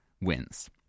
wins